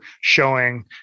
showing